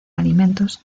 alimentos